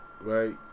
right